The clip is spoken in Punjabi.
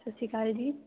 ਸਤਿ ਸ਼੍ਰੀ ਅਕਾਲ ਜੀ